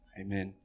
Amen